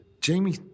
Jamie